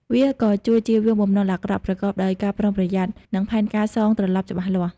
វាក៏ជួយជៀសវាងបំណុលអាក្រក់ ប្រកបដោយការប្រុងប្រយ័ត្ន និងផែនការសងត្រលប់ច្បាស់លាស់។